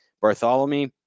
Bartholomew